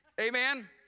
Amen